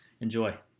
Enjoy